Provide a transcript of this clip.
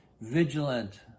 vigilant